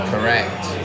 Correct